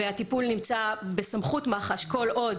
והטיפול נמצא בסמכות מח"ש כל עוד